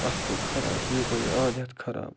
اَکھ گوٚو خراب بیٚیہِ گوٚو اَنٛد ہیتھ خرابٕے